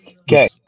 Okay